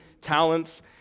talents